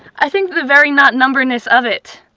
i think the very not-numberness of it,